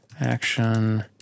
action